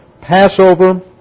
Passover